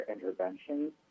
interventions